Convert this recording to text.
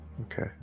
okay